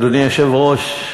אדוני היושב-ראש,